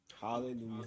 Hallelujah